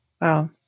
Wow